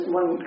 one